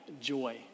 joy